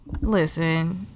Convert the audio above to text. Listen